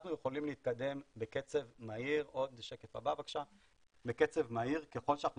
אנחנו יכולים להתקדם בקצב מהיר ככל שאנחנו